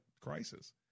crisis